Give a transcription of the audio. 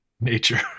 Nature